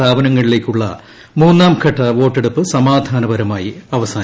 സ്ഥാപനങ്ങളിലേക്കുള്ള മൂന്നാം ഘട്ട വോട്ടെടുപ്പ് സമാധാനപരമായി അവ്സാനിച്ചു